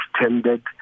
extended